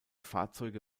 fahrzeuge